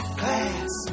class